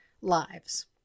lives